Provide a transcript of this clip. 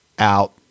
Out